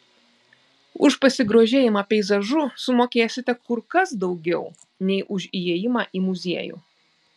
už pasigrožėjimą peizažu sumokėsite kur kas daugiau nei už įėjimą į muziejų